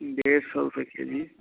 डेढ़ सौ रुपए के जी